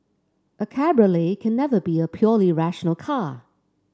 a cabriolet can never be a purely rational car